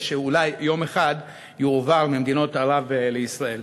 שאולי יום אחד יועבר ממדינות ערב לישראל.